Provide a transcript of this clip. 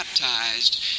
baptized